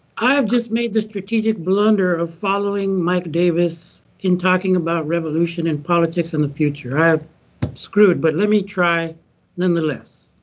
i have just made the strategic blunder of following mike davis in talking about revolution and politics in the future. i'm screwed. but let me try nonetheless.